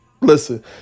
Listen